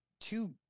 two